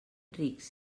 rics